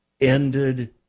ended